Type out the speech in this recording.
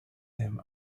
them